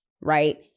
right